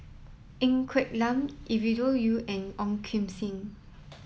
Ng Quee Lam Ovidia Yu and Ong Kim Seng